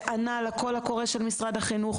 שענה לכל הקורא של משרד החינוך.